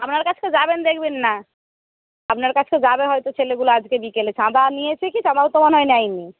আপনার কাছে যাবেন দেখবেন না আপনার কাছে যাবে হয়তো ছেলেগুলো আজকে বিকেলে চাঁদা নিয়েছে কি চাঁদাও তো মনে হয় নেয়নি